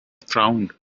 frowned